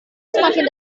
semakin